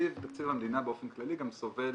תקציב המדינה באופן כללי גם סובל